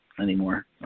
anymore